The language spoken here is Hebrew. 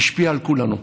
השפיעה על כולנו.